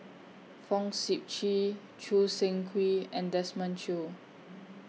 Fong Sip Chee Choo Seng Quee and Desmond Choo